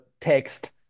text